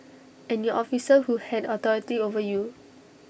and your officer who had authority over you